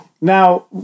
Now